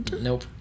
Nope